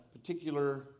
particular